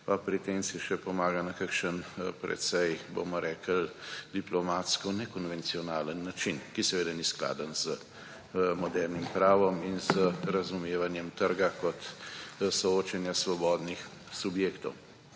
pa pri tem si še pomaga na kakšen precej, bomo rekli, diplomatsko nekonvencionalen način, ki seveda ni skladen z modernim pravom in z razumevanjem trga kot soočanja svobodnih subjektov.